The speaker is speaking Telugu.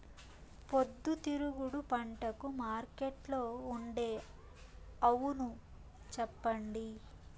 పొద్దుతిరుగుడు పంటకు మార్కెట్లో ఉండే అవును చెప్పండి?